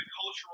cultural